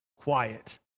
quiet